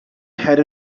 had